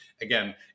again